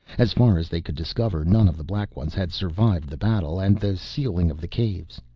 as far as they could discover, none of the black ones had survived the battle and the sealing of the caves.